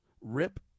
Rip